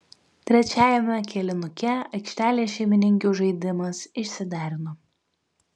trečiajame kėlinuke aikštelės šeimininkių žaidimas išsiderino